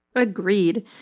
agreed.